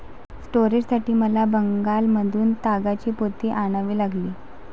स्टोरेजसाठी मला बंगालमधून तागाची पोती आणावी लागली